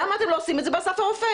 למה אתם לא עושים את זה באסף הרופא?